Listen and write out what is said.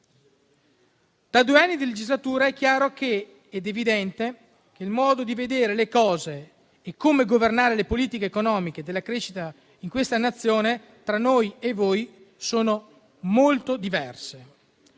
Dopo due anni di legislatura è chiaro ed evidente che il modo di vedere le cose al fine di governare le politiche economiche di crescita in questa Nazione è molto diverso